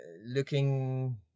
looking